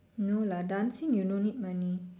no lah dancing you no need money